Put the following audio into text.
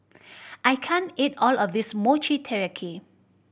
I can't eat all of this Mochi Taiyaki